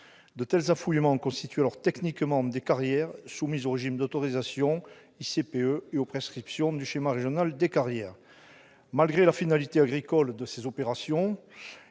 De tels affouillements constituent alors techniquement des carrières soumises au régime d'autorisation des ICPE et aux prescriptions du schéma régional des carrières. Malgré la finalité agricole de ces opérations